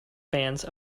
bands